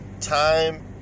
time